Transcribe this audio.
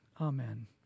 Amen